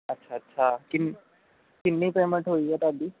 ਅੱਛਾ ਅੱਛਾ ਕਿਨ ਕਿੰਨੀ ਪੇਮੈਂਟ ਹੋਈ ਆ ਤੁਹਾਡੀ